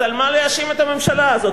אז על מה להאשים את הממשלה הזאת?